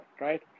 right